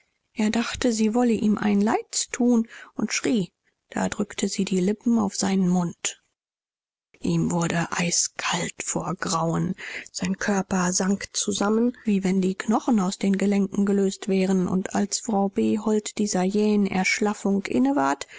er dachte sie wolle ihm ein leids tun und schrie da drückte sie die lippen auf seinen mund ihm wurde eiskalt vor grauen sein körper sank zusammen wie wenn die knochen aus den gelenken gelöst wären und als frau behold dieser jähen erschlaffung